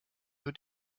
für